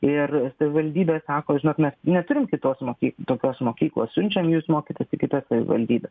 ir savivaldybė sako žinok mes neturim kitos mokyk tokios mokyklos siunčiam jus mokytis į kitas savivaldybes